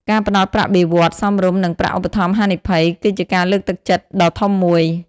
ការផ្តល់ប្រាក់បៀវត្សរ៍សមរម្យ និង ប្រាក់ឧបត្ថម្ភហានិភ័យ គឺជាការលើកទឹកចិត្តដ៏ធំមួយ។